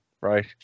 right